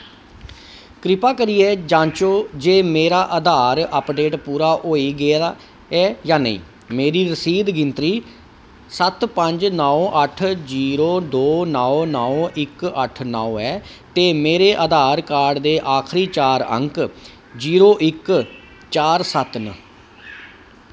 कृपा करियै जांचो जे मेरा आधार अपडेट पूरा होई गेआ ऐ जां नेईं मेरी रसीद गिनतरी सत्त पंज नौ अट्ठ जीरो दो नौ नौ इक अट्ठ नौ ऐ ते मेरे आधार कार्ड दे आखरी चार अंक जीरो इक चार सत्त न